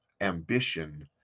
ambition